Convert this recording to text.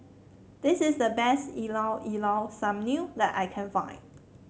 this is the best Llao Llao Sanum that I can find